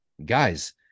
guys